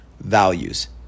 values